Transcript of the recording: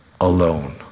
alone